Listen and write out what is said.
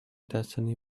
destiny